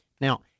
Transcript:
Now